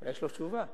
יש לו תשובה.